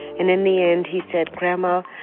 and in the end, he said, grandma,